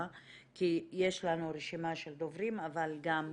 כי יש לנו רשימה של דוברים אבל אנחנו